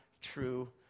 true